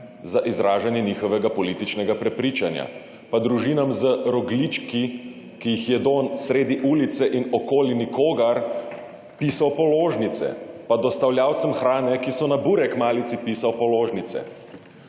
za izražanje njihovega političnega prepričanja. Pa družinam z rogljički, ki jih jedo sredi ulice in okoli nikogar, pisal položnic. Pa dostavljavcem hrane, ki so na burek malici, pisal položnic.